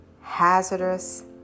hazardous